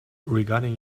regarding